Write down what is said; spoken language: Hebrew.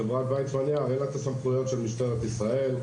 לחברת ויצמן-יער אין סמכויות של משטרת ישראל,